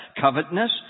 covetousness